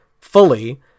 fully